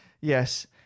Yes